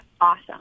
awesome